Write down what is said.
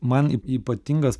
man ypatingas